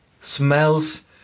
smells